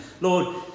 Lord